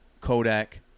Kodak